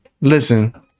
Listen